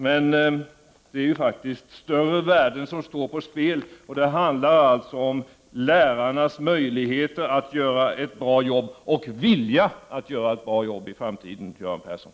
Men det är faktiskt större värden som står på spel. Det handlar om lärarnas möjligheter att göra ett bra jobb och att vilja göra ett bra jobb i framtiden, Göran Persson!